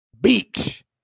beach